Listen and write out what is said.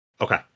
Okay